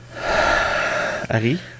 Harry